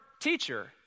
teacher